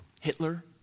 Hitler